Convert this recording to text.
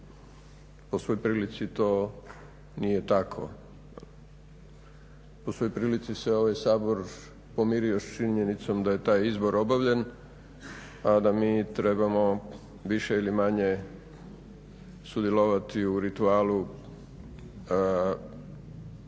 po svoj prilici to nije tako. Po svoj prilici se ovaj Sabor pomirio s činjenicom da je taj izbor obavljen, a da mi trebamo više ili manje sudjelovati u ritualu … govora.